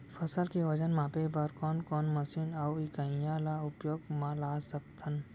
फसल के वजन मापे बर कोन कोन मशीन अऊ इकाइयां ला उपयोग मा ला सकथन?